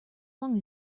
long